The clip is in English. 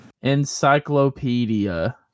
Encyclopedia